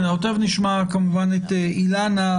תכף נשמע כמובן את אילנה.